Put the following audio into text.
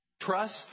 trust